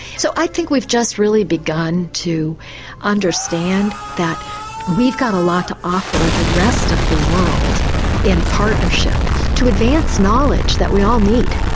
so i think we've just really begun to understand that we've got a lot to offer the rest of the world in partnership to advanced knowledge that we all need.